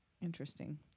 interesting